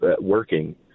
working